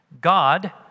God